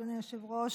היושב-ראש,